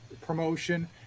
promotion